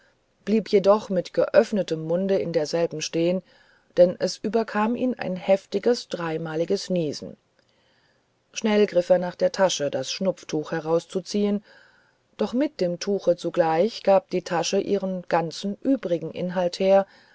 blieb jedoch mit geöffnetem munde in derselben stehen denn es überkam ihn ein heftiges dreimaliges niesen schnell griff er nach der tasche das schnupftuch herauszuziehen doch mit dem tuche zugleich gab die tasche ihren ganzen übrigen inhalt her